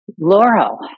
Laurel